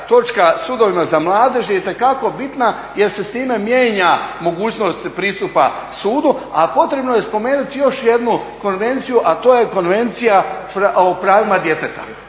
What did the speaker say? točka o sudovima za mladež je itekako bitna jer se s time mijenja mogućnost pristupa sudu. A potrebno je spomenuti još jednu konvenciju a to je Konvencija o pravima djeteta.